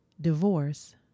divorce